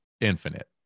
infinite